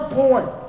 point